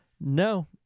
No